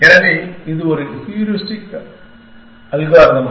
எனவே இது ஒரு எளிய ஹூரிஸ்டிக் அல்காரிதம்